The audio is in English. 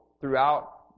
throughout